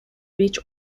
reach